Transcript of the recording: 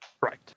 Right